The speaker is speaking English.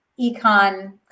econ